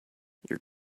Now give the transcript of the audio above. your